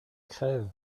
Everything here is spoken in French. crève